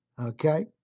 Okay